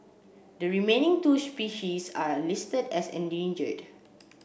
the remaining two species are listed as endangered